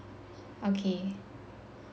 okay